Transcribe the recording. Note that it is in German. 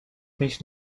mich